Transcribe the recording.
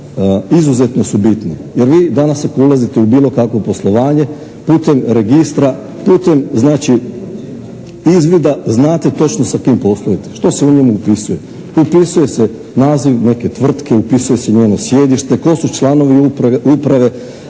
izuzetno su bitni jer vi danas ako ulazite u bilo kakvo poslovanje, putem registra, putem znači izvida znate točno sa kim poslujete. Što se u njemu upisuje? Upisuje se naziv neke tvrtke, upisuje se njezino sjedište, tko su članovi uprave,